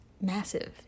massive